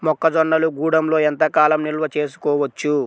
మొక్క జొన్నలు గూడంలో ఎంత కాలం నిల్వ చేసుకోవచ్చు?